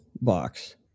box